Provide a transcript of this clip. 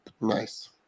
nice